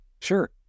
Sure